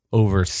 over